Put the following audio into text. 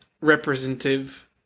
representative